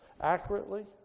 Accurately